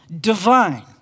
divine